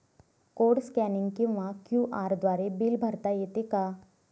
Code scanning किंवा QR द्वारे bill भरता येते का?